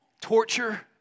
torture